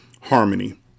Harmony